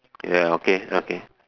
ya okay okay